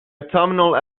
autumnal